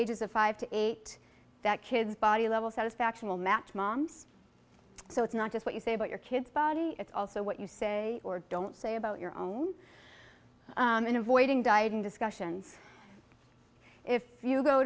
ages of five to eight that kid's body level satisfaction will match mom's so it's not just what you say about your kid's body it's also what you say or don't say about your own in avoiding dieting discussions if